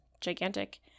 gigantic